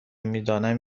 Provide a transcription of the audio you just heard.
میدانم